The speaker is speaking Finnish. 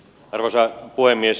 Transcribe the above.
arvoisa puhemies